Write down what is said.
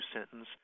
sentence